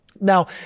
Now